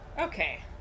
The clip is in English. okay